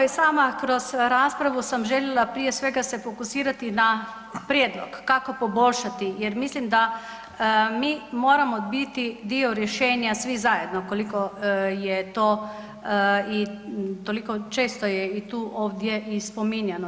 I sama kroz raspravu sam željela prije svega se fokusirati na prijedlog, kako poboljšati jer mislim da mi moramo biti dio rješenja svi zajedno, koliko je to i toliko često je i tu ovdje i spominjano.